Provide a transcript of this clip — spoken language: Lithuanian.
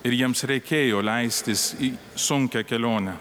ir jiems reikėjo leistis į sunkią kelionę